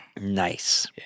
Nice